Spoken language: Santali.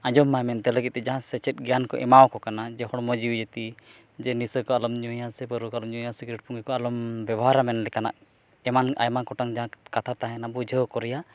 ᱟᱸᱡᱚᱢ ᱢᱟᱭ ᱢᱮᱱᱛᱮ ᱞᱟᱜᱤᱫᱛᱮ ᱡᱟᱦᱟᱸ ᱥᱮᱪᱮᱫ ᱜᱮᱭᱟᱱ ᱠᱚ ᱮᱢᱟᱣ ᱠᱚ ᱠᱟᱱᱟ ᱡᱮ ᱦᱚᱲᱢᱚ ᱡᱤᱣᱤ ᱡᱟᱛᱤ ᱡᱮ ᱱᱤᱥᱟᱹ ᱠᱚ ᱟᱞᱚᱢ ᱧᱩᱭᱟ ᱥᱮ ᱯᱟᱹᱨᱣᱟᱹ ᱠᱚ ᱟᱞᱚᱢ ᱧᱩᱭᱟ ᱥᱤᱠᱨᱮᱴ ᱯᱩᱸᱜᱤ ᱠᱚ ᱟᱞᱚᱢ ᱵᱮᱵᱚᱦᱟᱨᱟ ᱢᱮᱱ ᱞᱮᱠᱟᱱᱟᱜ ᱮᱢᱟᱱ ᱟᱭᱢᱟ ᱜᱚᱴᱟᱝ ᱡᱟᱦᱟᱸ ᱠᱟᱛᱷᱟ ᱛᱟᱦᱮᱱᱟ ᱵᱩᱡᱷᱟᱹᱣ ᱠᱚ ᱨᱮᱭᱟᱜ